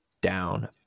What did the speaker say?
down